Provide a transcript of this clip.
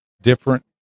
different